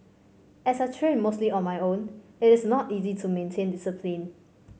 as I train mostly on my own it is not easy to maintain discipline